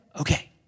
okay